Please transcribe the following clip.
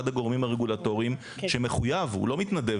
הגורמים הרגולטורים שמחויב הוא לא מתנדב,